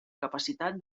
capacitat